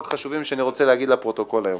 חשובים שאני רוצה להגיד לפרוטוקול היום.